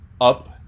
up